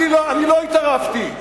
אני לא התערבתי.